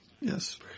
Yes